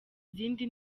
izindi